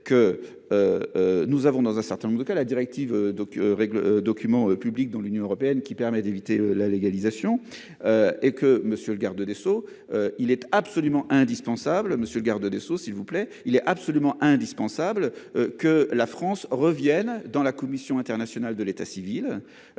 que. Nous avons dans un certain nombre de cas, la directive donc règle documents publics dans l'Union européenne qui permet d'éviter la légalisation. Et que monsieur le garde des Sceaux. Il est absolument indispensable. Monsieur le garde des Sceaux s'il vous plaît. Il est absolument indispensable que la France revienne dans la commission internationale de l'état civil.